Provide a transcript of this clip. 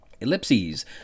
Ellipses